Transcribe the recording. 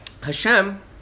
Hashem